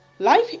Life